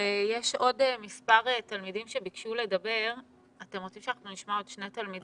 יש עוד מספר תלמידים שביקשו לדבר או שאתם רוצים להגיב?